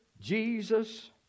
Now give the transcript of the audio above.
Jesus